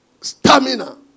stamina